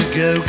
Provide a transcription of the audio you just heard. go